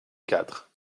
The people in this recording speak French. quatre